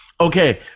Okay